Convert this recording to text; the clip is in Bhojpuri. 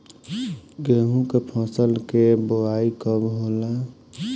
गेहूं के फसल के बोआई कब होला?